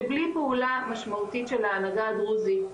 שבלי פעולה משמעותית של ההנהגה הדרוזית,